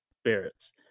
spirits